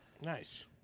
Nice